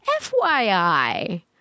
FYI